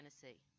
Tennessee